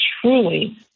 truly